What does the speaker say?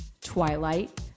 Twilight